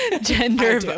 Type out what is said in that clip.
gender